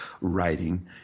writing